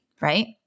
right